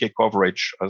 coverage